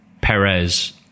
Perez